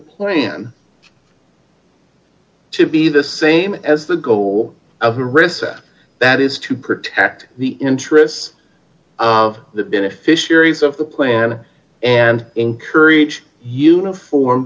plan to be the same as the goal of a recession that is to protect the interests of the beneficiaries of the plan and encourage uniform